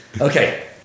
okay